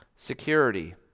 security